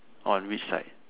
on which side